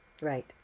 right